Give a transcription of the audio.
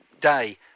day